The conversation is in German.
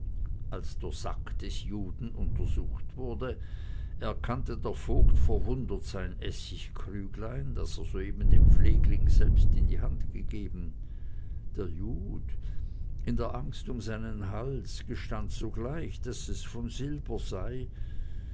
als der sack des juden untersucht wurde erkannte der vogt verwundert sein essigkrüglein das er soeben dem pflegling selbst in die hand gegeben der jud in der angst um seinen hals gestand sogleich daß es von silber sei